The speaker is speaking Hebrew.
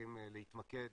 הולכים להתמקד